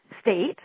State